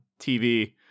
TV